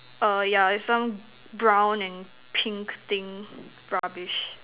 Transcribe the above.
err yeah it's some brown and pink thing rubbish